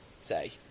say